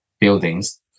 buildings